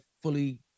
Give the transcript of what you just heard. fully